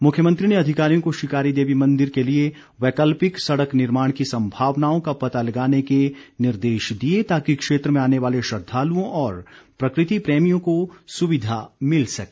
मुख्यमंत्री ने अधिकारियों को शिकारी देवी मंदिर के लिए वैकल्पिक सड़क निर्माण की संभावनाओं का पता लगाने के निर्देश दिए ताकि क्षेत्र में आने वाले श्रद्धालुओं और प्रकृति प्रेमियों को सुविधा मिल सके